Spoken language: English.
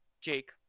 Jake